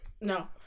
No